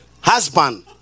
husband